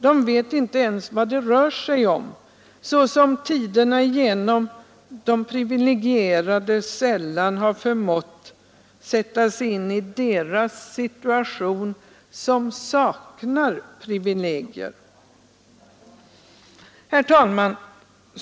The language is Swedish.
De vet inte ens vad det rör sig om — men så har de också som de privilegierade tiderna igenom sällan förmått sätta sig in i deras situation som saknar privilegier.